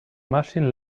machine